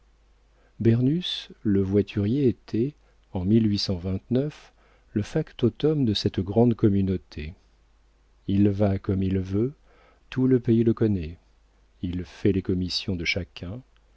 bernus le voiturier était en le factotum de cette grande communauté il va comme il veut tout le pays le connaît il fait les commissions de chacun